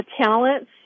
Talents